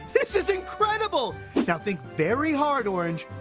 this is incredible. now think very hard, orange.